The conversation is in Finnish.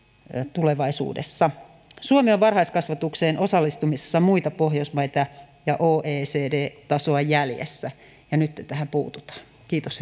tulevaisuudessa suomi on varhaiskasvatukseen osallistumisessa muita pohjoismaita ja ja oecd tasoa jäljessä ja nyt tähän puututaan kiitos